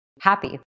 happy